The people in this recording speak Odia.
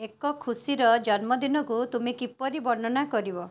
ଏକ ଖୁସିର ଜନ୍ମଦିନକୁ ତୁମେ କିପରି ବର୍ଣ୍ଣନା କରିବ